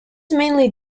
mainly